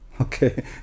Okay